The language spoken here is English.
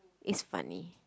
it's funny